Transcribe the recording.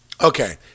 Okay